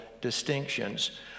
distinctions